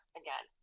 again